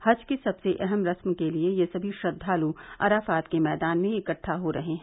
हज की सबसे अहम रस्म के लिए ये सभी श्रद्वालु अराफात के मैदान में इकट्ठा हो रहे हैं